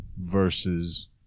versus